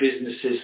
businesses